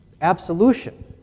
Absolution